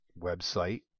website